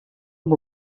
amb